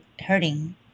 hurting